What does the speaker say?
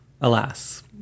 alas